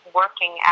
working